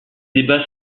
débats